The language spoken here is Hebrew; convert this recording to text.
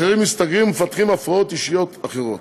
אחרים מסתגרים ומפתחים הפרעות אישיות אחרות.